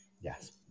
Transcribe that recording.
Yes